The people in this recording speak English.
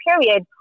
period